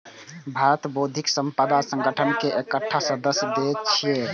भारत बौद्धिक संपदा संगठन के एकटा सदस्य देश छियै